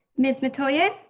miss metoyer.